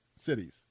cities